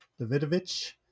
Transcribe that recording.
davidovich